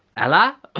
ella?